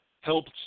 helped –